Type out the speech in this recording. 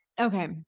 Okay